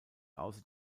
außer